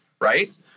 Right